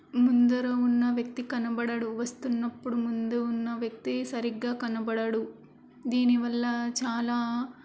ముందర ఉన్న వ్యక్తి కనబడడు వస్తున్నప్పుడు ముందు ఉన్న వ్యక్తి సరిగ్గా కనబడడు దీనివల్ల చాలా